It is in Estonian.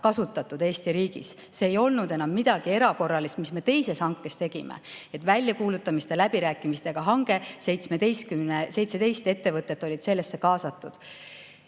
kasutatud. See ei olnud midagi erakorralist, mis me teises hankes tegime: väljakuulutamiseta läbirääkimistega hange, 17 ettevõtet olid sellesse kaasatud.